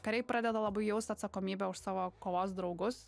kariai pradeda labai jaust atsakomybę už savo kovos draugus